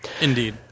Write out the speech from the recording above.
Indeed